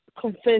Confess